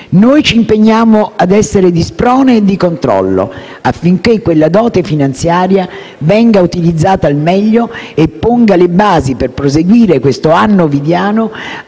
Noi ci impegniamo ad essere di sprone e di controllo, affinché quella dote finanziaria venga utilizzata al meglio e ponga le basi per proseguire questo anno ovidiano